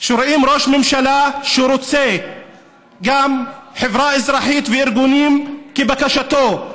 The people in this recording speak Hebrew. כשרואים ראש ממשלה שרוצה גם חברה אזרחית וארגונים כבקשתו,